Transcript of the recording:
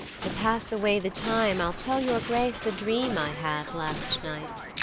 to pass away the time, i ll tell your grace a dream i had last night.